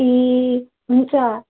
ए हुन्छ